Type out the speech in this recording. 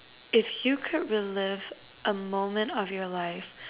if you could relive a moment of your life